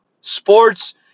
sports